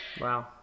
Wow